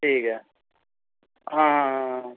ਠੀਕ ਹੈ ਹਾਂ ਹਾਂ ਹਾਂ ਹਾਂ